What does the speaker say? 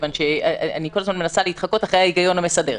כיוון שאני כל הזמן מנסה להתחקות אחרי ההיגיון המסדר.